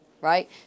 right